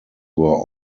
were